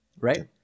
Right